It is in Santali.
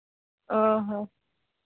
ᱚᱸᱻ ᱦᱚᱸ